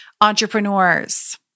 entrepreneurs